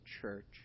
church